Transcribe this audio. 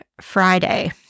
Friday